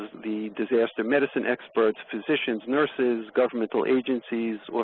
the disaster medicine experts, physicians, nurses, governmental agencies,